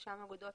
רשם האגודות,